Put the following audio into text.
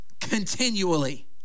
continually